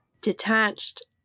detached